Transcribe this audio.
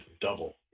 double